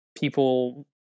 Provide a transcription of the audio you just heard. people